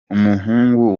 umuhungu